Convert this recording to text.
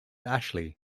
ashley